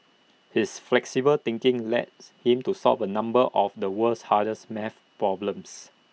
his flexible thinking him to solve A number of the world's hardest math problems